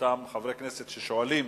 אותם חברי כנסת ששואלים